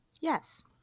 Yes